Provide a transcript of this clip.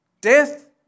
Death